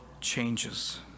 changes